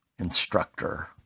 instructor